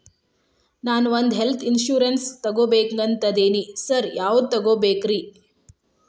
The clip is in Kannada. ನಾನ್ ಒಂದ್ ಹೆಲ್ತ್ ಇನ್ಶೂರೆನ್ಸ್ ತಗಬೇಕಂತಿದೇನಿ ಸಾರ್ ಯಾವದ ತಗಬೇಕ್ರಿ?